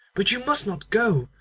but you must not go.